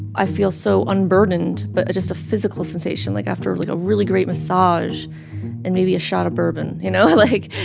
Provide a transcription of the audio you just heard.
i feel so unburdened, but just a physical sensation, like, after, like, a really great massage and maybe a shot of bourbon, you know? like,